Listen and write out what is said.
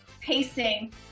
pacing